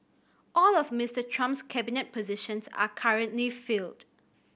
all of Mister Trump's cabinet positions are currently filled